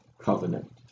covenant